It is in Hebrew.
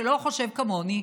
שלא חושב כמוני,